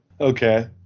Okay